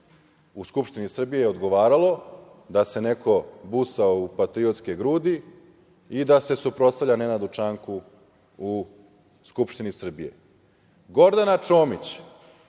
u Skupštini Srbije odgovaralo da se neko busa u patriotske grudi i da se suprotstavlja Nenadu Čanku u Skupštini Srbije. Gordana Čomić,